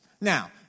Now